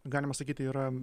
galima sakyti yra